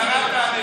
השרה תענה.